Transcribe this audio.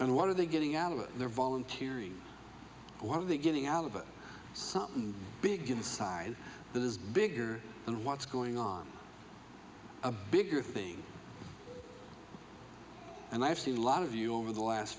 and what are they getting out of it they're volunteering what are they getting out of it something big inside that is bigger and what's going on a bigger thing and i have seen a lot of you over the last